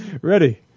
Ready